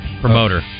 Promoter